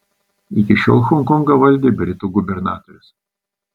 iki šiol honkongą valdė britų gubernatorius